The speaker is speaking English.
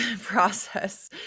process